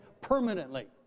permanently